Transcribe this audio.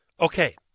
Okay